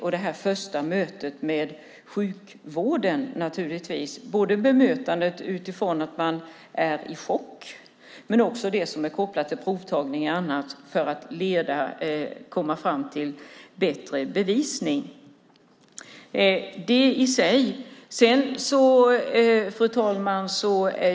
Det handlar om det första mötet med sjukvården utifrån att man är i chock, men det handlar också om bemötandet vid provtagning och annat för att komma fram till en bättre bevisning. Fru talman!